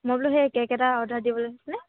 মই বোলো সেই কেক এটা অৰ্ডাৰ দিব লাগিছিলে